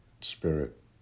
spirit